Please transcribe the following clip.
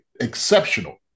exceptional